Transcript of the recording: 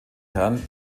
herren